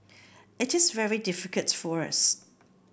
it is very difficult for us